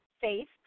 faith